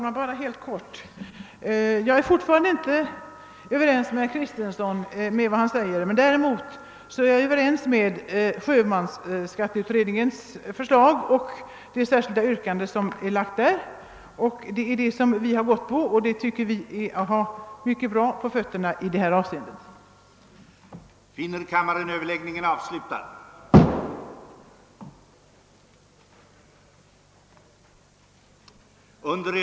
Herr talman! Jag är fortfarande inte överens med herr Kristenson i vad han säger. Däremot är jag överens med sjömansskatteutredningen. Vi har i vår motion utgått ifrån denna samt till det särskilda yrkande som bifogats utredningen. Det anser vi är en god grund att stå på.